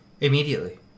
Immediately